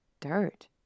dirt